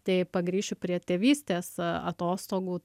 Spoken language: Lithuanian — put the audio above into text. tai pagrįšiu prie tėvystės atostogų